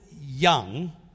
young